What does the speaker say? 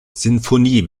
sinfonie